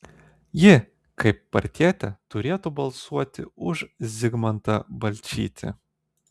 ji kaip partietė turėtų balsuoti už zigmantą balčytį